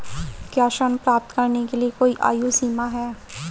क्या ऋण प्राप्त करने के लिए कोई आयु सीमा है?